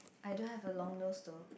I don't have a long nose though